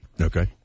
Okay